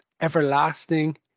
everlasting